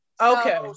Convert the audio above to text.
Okay